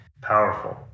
Powerful